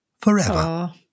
forever